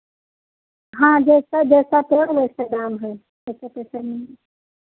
हाँ जैसा जैसा पेड़ वैसे दाम हैं कितना पैसा लेंगी